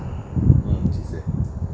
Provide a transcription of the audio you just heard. mm she say